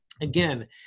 Again